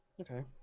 Okay